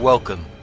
Welcome